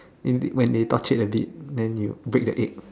if they when they torched it a bit then you break the egg